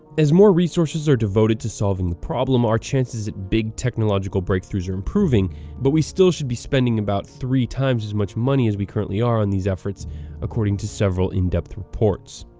as more resources are devoted to solving the problem, our chances at big technological breakthroughs are improving but we still should be spending about three-times as much money as we currently are on these efforts according to several in-depth reports.